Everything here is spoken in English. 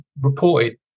reported